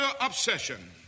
obsession